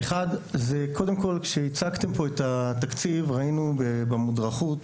1. קודם כל כשהצגתם פה את התקציב ראינו במודרכות